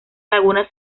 laguna